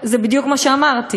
זה בדיוק מה שאמרתי,